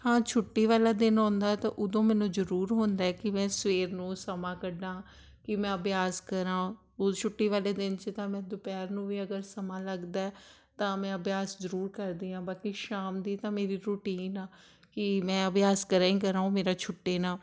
ਹਾਂ ਛੁੱਟੀ ਵਾਲਾ ਦਿਨ ਆਉਂਦਾ ਤਾਂ ਉਦੋਂ ਮੈਨੂੰ ਜ਼ਰੂਰ ਹੁੰਦਾ ਕਿ ਮੈਂ ਸਵੇਰ ਨੂੰ ਸਮਾਂ ਕੱਢਾਂ ਕਿ ਮੈਂ ਅਭਿਆਸ ਕਰਾਂ ਉਹ ਛੁੱਟੀ ਵਾਲੇ ਦਿਨ 'ਚ ਤਾਂ ਮੈਂ ਦੁਪਹਿਰ ਨੂੰ ਵੀ ਅਗਰ ਸਮਾਂ ਲੱਗਦਾ ਤਾਂ ਮੈਂ ਅਭਿਆਸ ਜ਼ਰੂਰ ਕਰਦੀ ਹਾਂ ਬਾਕੀ ਸ਼ਾਮ ਦੀ ਤਾਂ ਮੇਰੀ ਰੂਟੀਨ ਆ ਕਿ ਮੈਂ ਅਭਿਆਸ ਕਰਾਂ ਹੀ ਕਰਾਂ ਉਹ ਮੇਰਾ ਛੁੱਟੇ ਨਾ